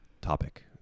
topic